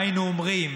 מה היינו אומרים